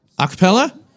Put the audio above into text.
Acapella